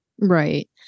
Right